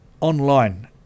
online